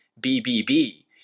BBB